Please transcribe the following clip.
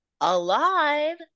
alive